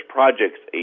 Projects